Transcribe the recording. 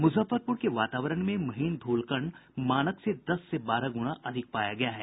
मुजफ्फरपुर के वातावारण में महीन धूलकण मानक से दस से बारह गुणा अधिक पाया गया है